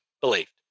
believed